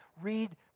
Read